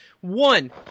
one